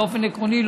באופן עקרוני,